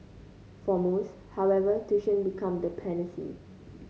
for most however tuition becomes the panacea